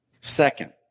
Second